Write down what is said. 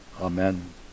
Amen